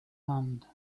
hand